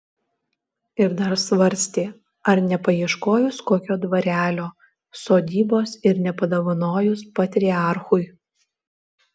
ir dar svarstė ar nepaieškojus kokio dvarelio sodybos ir nepadovanojus patriarchui